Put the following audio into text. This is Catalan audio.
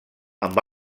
amb